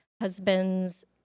husband's